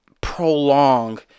prolong